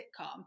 sitcom